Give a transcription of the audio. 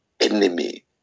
enemy